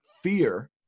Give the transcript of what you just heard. fear